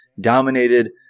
dominated